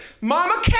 Mama